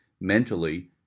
mentally